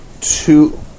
two